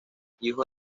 hijo